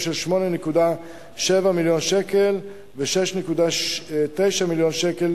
של 8.7 מיליון שקל ו-6.9 מיליון שקל,